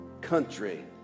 country